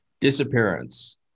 Disappearance